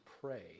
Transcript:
pray